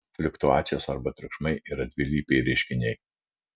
fliuktuacijos arba triukšmai yra dvilypiai reiškiniai